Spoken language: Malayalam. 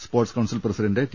sports council president T